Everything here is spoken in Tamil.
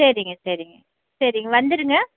சரிங்க சரிங்க சரிங்க வந்துடுங்க